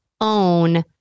own